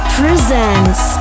presents